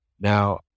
now